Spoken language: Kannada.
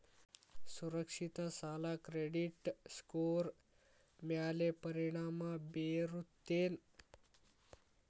ಸುರಕ್ಷಿತ ಸಾಲ ಕ್ರೆಡಿಟ್ ಸ್ಕೋರ್ ಮ್ಯಾಲೆ ಪರಿಣಾಮ ಬೇರುತ್ತೇನ್